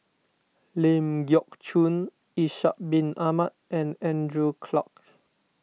Ling Geok Choon Ishak Bin Ahmad and Andrew Clarke